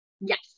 Yes